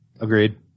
agreed